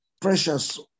precious